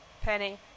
Penny